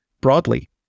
broadly